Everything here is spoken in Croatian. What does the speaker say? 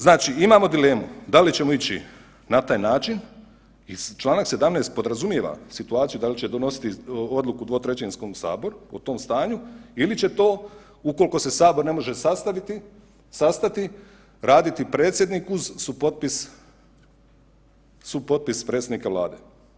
Znači imamo dilemu da li ćemo ići na taj način i čl. 17. podrazumijeva situaciju da li će donositi odluku dvotrećinskom saboru o tom stanju ili će to ukoliko se Sabor ne može sastati raditi predsjednik uz supotpis predsjednika Vlade.